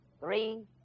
three